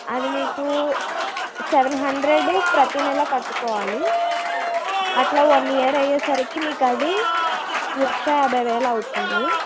అది మీకు seven hundred ప్రతీ నెల కట్టుకోవాలి అలా వన్ ఇయర్ అయ్యే సరికి మీకు అది లక్షా యాబై వేలు అవుతుంది